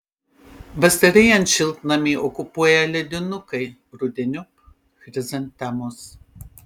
vasarėjant šiltnamį okupuoja ledinukai rudeniop chrizantemos